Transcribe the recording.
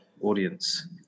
audience